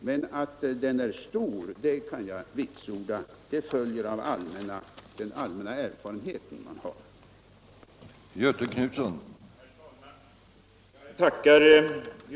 Men att den är stor kan jag vitsorda — det är en slutsats som kan dras av den allmänna erfarenhet man har på detta område.